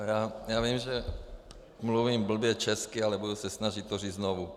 Vím, že mluvím blbě česky, ale budu se snažit to říct znovu.